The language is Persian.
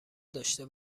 داشته